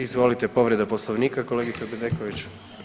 Izvolite povreda Poslovnika, kolegica Bedeković.